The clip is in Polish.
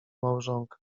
małżonka